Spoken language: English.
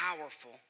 powerful